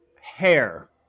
Hair